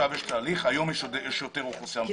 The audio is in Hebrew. היום יש יותר אוכלוסייה מבוגרת.